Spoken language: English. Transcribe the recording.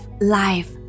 life